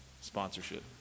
Sponsorship